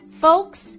Folks